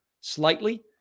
slightly